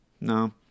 no